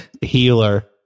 healer